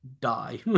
die